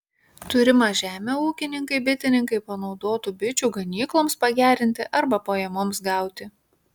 turimą žemę ūkininkai bitininkai panaudotų bičių ganykloms pagerinti arba pajamoms gauti